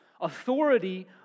authority